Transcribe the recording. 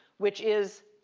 which is,